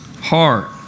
heart